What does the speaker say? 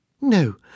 No